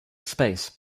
space